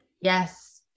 Yes